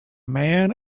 man